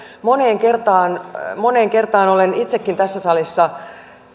moneen kertaan moneen kertaan olen itsekin tässä salissa